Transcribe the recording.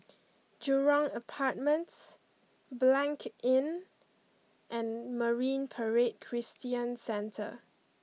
Jurong Apartments Blanc Inn and Marine Parade Christian Centre